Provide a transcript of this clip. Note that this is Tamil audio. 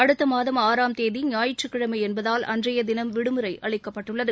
அடுத்தமாதம் ஆம் தேதி ஞாயிற்றுக்கிழமை என்பதால் அன்றைய தினம் விடுமுறை அளிக்கப்பட்டுள்ளது